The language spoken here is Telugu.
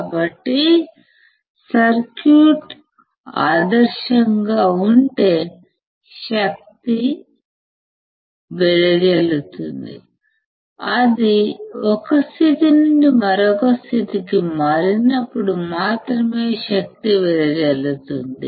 కాబట్టి సర్క్యూట్ ఆదర్శంగా ఉంటే శక్తి వెదజల్లుతుంది అది ఒక స్థితి నుండి మరొక స్థితి కి మారినప్పుడు మాత్రమే శక్తి వెదజల్లుతుంది